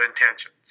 intentions